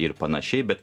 ir panašiai bet